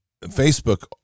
Facebook